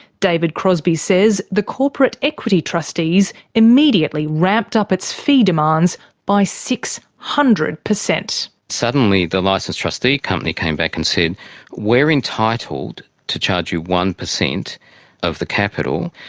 david crosbie says the corporate equity trustees immediately ramped up its fee demands by six hundred percent. suddenly, the licensed trustee company came back and said, we're entitled to charge you one percent of the capital,